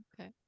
Okay